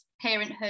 parenthood